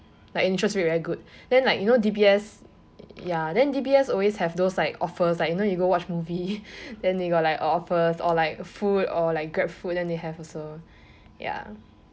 like interest rate very good then like you know D_B_S ya then D_B_S always have those like offers you know like you go watch movie then they got like offer or like food or like grabfood they have also ya